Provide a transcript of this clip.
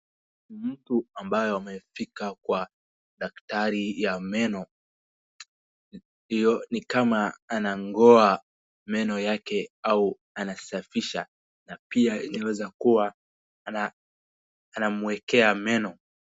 Mtu ambaye amefika kwa daktari ya meno hiyo ni kama anang'oa meno yake au anasafisha na pia inaweza kuwa anamuwekea meno.